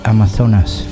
Amazonas